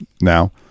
now